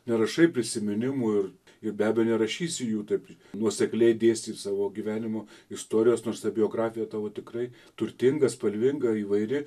nerašai prisiminimų ir ir be abejo nerašysi jų taip nuosekliai dėstyt savo gyvenimo istorijos nors ta biografija tavo tikrai turtinga spalvinga įvairi